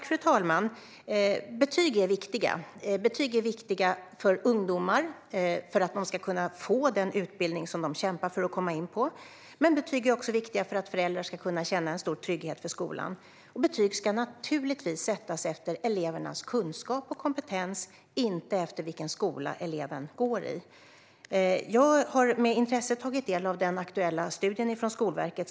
Fru talman! Betyg är viktiga. De är viktiga för ungdomar för att dessa ska kunna få den utbildning som de kämpar för att komma in på, men de är också viktiga för att föräldrar ska kunna känna stor trygghet gentemot skolan. Betyg ska naturligtvis sättas efter elevernas kunskap och kompetens, inte efter vilken skola de går i. Jag har med intresse tagit del av den aktuella studien från Skolverket.